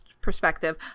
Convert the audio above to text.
perspective